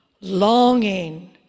longing